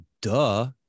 Duh